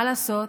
מה לעשות?